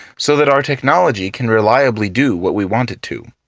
so that our technology can reliably do what we want it to.